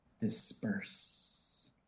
disperse